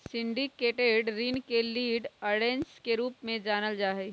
syndicated ऋण के lead arrangers के रूप में जानल जा हई